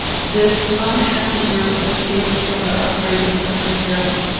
this unhappy girl escaped from the upbraidings of her parents,